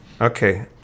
Okay